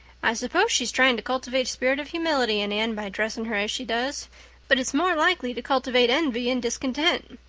i suppose she's trying to cultivate a spirit of humility in anne by dressing her as she does but it's more likely to cultivate envy and discontent.